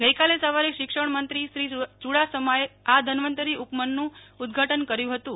ગઈકાલે સવારે શિક્ષણમંત્રી શ્રી યુડાસમાએ આ ધન્વંતરિ ઉપવનનું ઉદ્દઘાટન કર્યું હતું